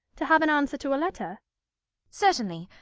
to have an answer to a letter certainly,